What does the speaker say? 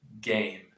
game